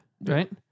right